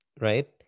right